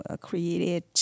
created